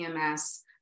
EMS